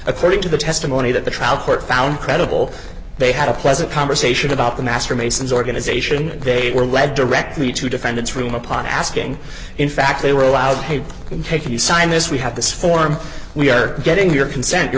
according to the testimony that the trial court found credible they had a pleasant conversation about the master masons organization they were led directly to defendant's room upon asking in fact they were allowed paid hey can you sign this we have this form we are getting your consent your